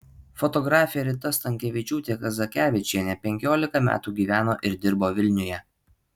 fotografė rita stankevičiūtė kazakevičienė penkiolika metų gyveno ir dirbo vilniuje